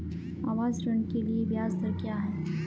आवास ऋण के लिए ब्याज दर क्या हैं?